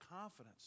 confidence